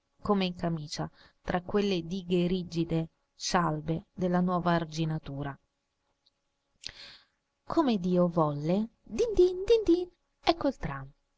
come in camicia tra quelle dighe rigide scialbe della nuova arginatura come dio volle dindìn dindìn ecco il tram